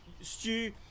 Stu